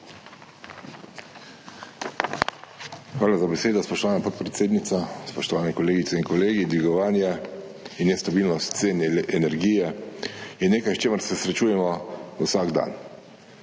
Hvala za besedo, spoštovana podpredsednica. Spoštovane kolegice in kolegi. Dvigovanje in nestabilnost cen energije je nekaj, s čimer se srečujemo vsak dan.